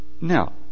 Now